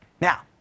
Now